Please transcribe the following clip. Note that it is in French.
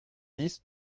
dix